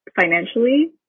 financially